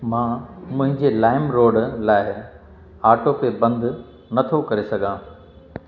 मां मुंहिंजे LimeRoad लाइ ऑटोपे बंदि नथो करे सघां